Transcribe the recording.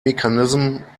mechanism